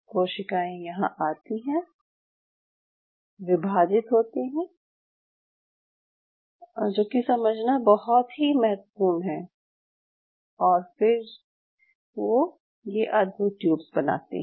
कोशिकाएं यहाँ आती हैं विभाजित होती है जो कि समझना बहुत ही महत्त्वपूर्ण है और फिर वो ये अद्भुत ट्यूब्स बनाती हैं